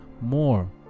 more